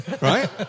right